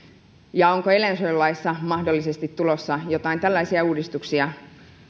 ja onko eläinsuojelulakiin mahdollisesti tulossa joitain tällaisia uudistuksia